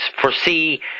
foresee